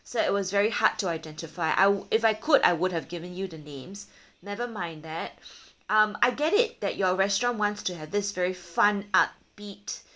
so it was very hard to identify I would if I could I would have given you the names nevermind that um I get it that your restaurant wants to have this very fun upbeat